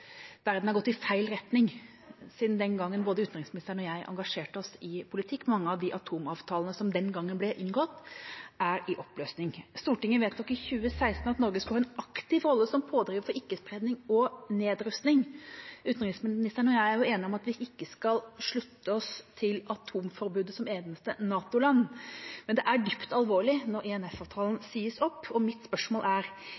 verden har gått i feil retning, siden den gangen både utenriksministeren og jeg engasjerte oss i politikk. Mange av de atomavtalene som den gangen ble inngått, er i oppløsning. Stortinget vedtok i 2016 at Norge skulle ha en aktiv rolle som pådriver for ikke-spredning og nedrustning. Utenriksministeren og jeg er enige om at vi ikke skal slutte oss til atomvåpenforbudet, som eneste NATO-land, men det er dypt alvorlig når INF-avtalen sies opp. Mitt spørsmål er: